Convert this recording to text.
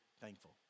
thankful